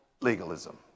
legalism